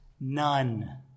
None